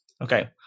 Okay